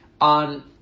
on